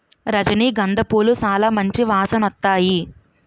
రజనీ గంధ పూలు సాలా మంచి వాసనొత్తాయి